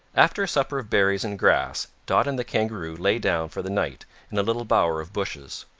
after a supper of berries and grass, dot and the kangaroo lay down for the night in a little bower of bushes.